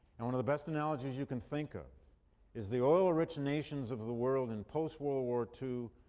and one of the best analogies you can think of is the oil rich nations of the world in post-world war two,